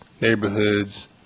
neighborhoods